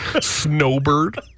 Snowbird